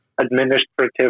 administrative